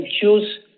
choose